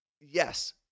Yes